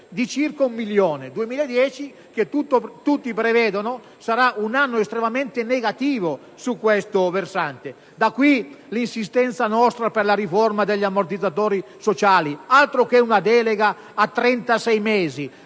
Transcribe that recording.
di circa 1 milione per il 2010, anno che tutti prevedono sarà estremamente negativo su questo versante. Di qui la nostra insistenza per la riforma degli ammortizzatori sociali. Altro che una delega a 36 mesi!